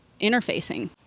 interfacing